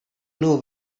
know